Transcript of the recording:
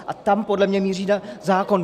A tam podle mě míří ten zákon.